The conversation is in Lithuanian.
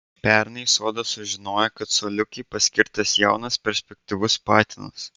pernai sodas sužinojo kad coliukei paskirtas jaunas perspektyvus patinas